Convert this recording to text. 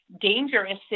dangerous